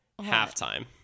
Halftime